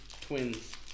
twins